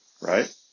Right